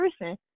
person